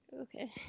Okay